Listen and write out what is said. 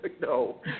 no